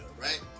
right